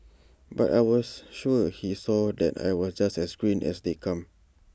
but I was sure he saw that I was just as green as they come